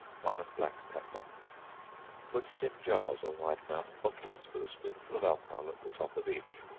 one of black pepper put it in jars or wide-mouthed bottles, with a spoonful of alcohol at the top of each,